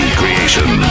creation